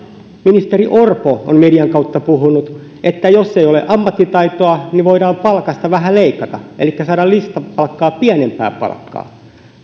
ministeri orpo on median kautta puhunut että jos ei ole ammattitaitoa niin voidaan palkasta vähän leikata elikkä saada listapalkkaa pienempää palkkaa niin kyllä tässä nyt